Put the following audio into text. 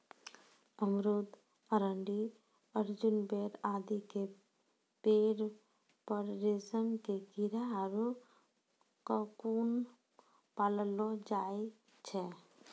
अमरूद, अरंडी, अर्जुन, बेर आदि के पेड़ पर रेशम के कीड़ा आरो ककून पाललो जाय छै